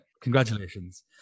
Congratulations